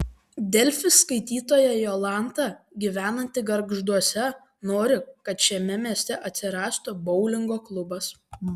delfi skaitytoja jolanta gyvenanti gargžduose nori kad šiame mieste atsirastų boulingo klubas